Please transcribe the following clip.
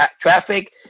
traffic